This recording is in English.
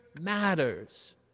matters